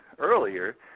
earlier